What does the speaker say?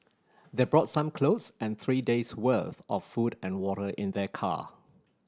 they brought some clothes and three days worth of food and water in their car